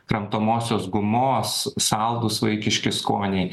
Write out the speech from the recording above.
kramtomosios gumos saldūs vaikiški skoniai